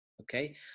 okay